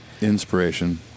Inspiration